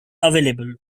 available